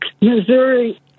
Missouri